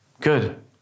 Good